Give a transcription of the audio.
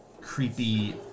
creepy